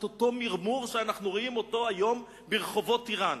את אותו מרמור שאנחנו רואים אותו היום ברחובות אירן.